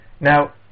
now